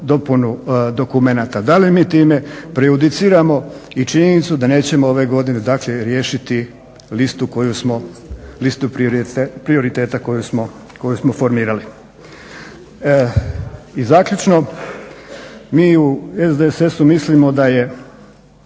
dopunu dokumenata. Da li mi time prejudiciramo i činjenicu da nećemo ove godine dakle riješiti listu prioriteta koju smo formirali. I zaključno, mi u SDSS-u mislimo da je